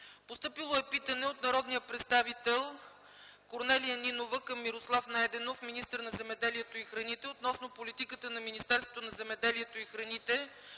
Постъпило е питане от народния представител Корнелия Нинова към Мирослав Найденов - министър на земеделието и храните, относно политиката на Министерството на земеделието и храните